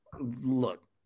Look